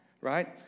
right